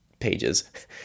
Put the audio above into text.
pages